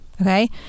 Okay